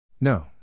No